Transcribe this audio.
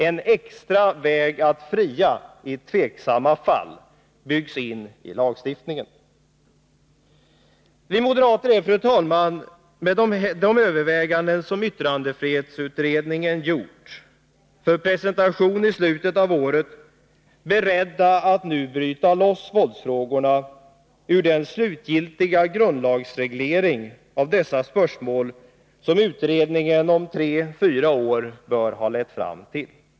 En extra väg att fria i tveksamma fall byggs in i lagstiftningen. Vi moderater är, fru talman, med de överväganden som yttrandefrihetsutredningen har gjort för presentation i slutet av året, beredda att nu bryta loss våldsfrågorna ur den slutgiltiga grundlagsreglering av dessa spörsmål som utredningen om tre fyra år bör ha lett fram till.